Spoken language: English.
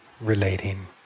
relating